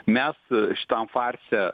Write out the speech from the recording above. mes šitam farse